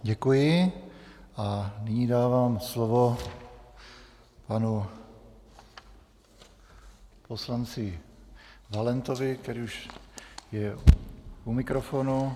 Děkuji a nyní dávám slovo panu poslanci Valentovi, který už je u mikrofonu.